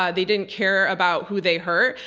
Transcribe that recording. ah they didn't care about who they hurt.